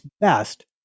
best